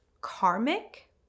karmic